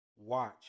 watch